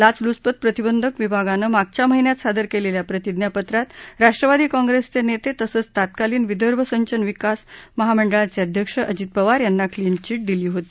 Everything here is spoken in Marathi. लाचलूचपत प्रतिबंध विभागानं मागच्या महिन्यात सादर कलिखा प्रतिज्ञापत्रात राष्ट्रवादी काँग्रसचउेसबेसंच तत्कालीन विदर्भ सिंचन विकास महामंडाळच अध्यक्ष अजित पवार यांना क्लीन चिट दिली होती